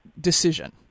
decision